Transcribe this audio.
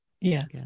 yes